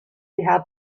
had